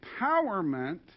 empowerment